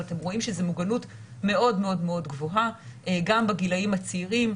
אבל אתם רואים שזו מוגנות מאוד מאוד מאוד גבוהה גם בגילים הצעירים.